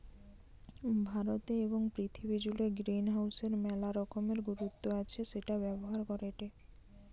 ভারতে এবং পৃথিবী জুড়ে গ্রিনহাউসের মেলা রকমের গুরুত্ব আছে সেটা ব্যবহার করেটে